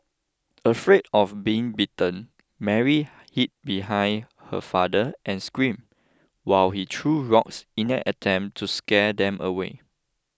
afraid of being bitten Mary hid behind her father and screamed while he threw rocks in an attempt to scare them away